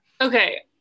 Okay